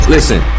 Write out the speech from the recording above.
Listen